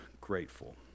grateful